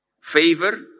favor